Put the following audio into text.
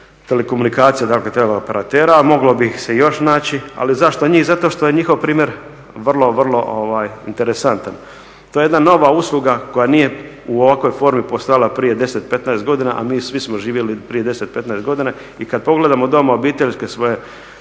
problem telekomunikacija, teleoperatera a moglo bi ih se još naći. Ali zašto njih? Zato što je njihov primjer vrlo, vrlo interesantan. To je jedna nova usluga koja nije u ovakvoj formi postojala prije 10, 15 godina a mi svi smo živjeli prije 10, 15 godina. I kad pogledamo doma obiteljske svoje